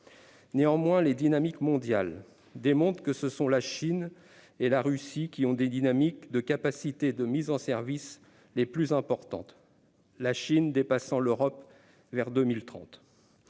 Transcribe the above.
Néanmoins, les dynamiques mondiales démontrent que ce sont la Chine et la Russie qui ont les dynamiques de capacités de mise en service les plus importantes, la Chine devant dépasser l'Europe vers 2030.